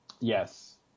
Yes